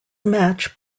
match